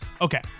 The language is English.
Okay